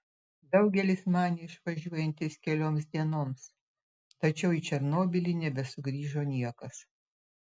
daugelis manė išvažiuojantys kelioms dienoms tačiau į černobylį nebesugrįžo niekas